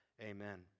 Amen